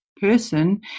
person